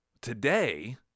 Today